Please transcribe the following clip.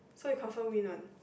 so you confirm win one